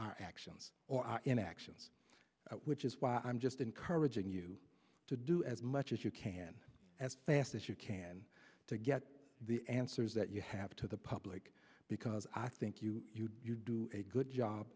our actions or inactions which is why i'm just encouraging you to do as much as you can as fast as you can to get the answers that you have to the public because i think you do a good job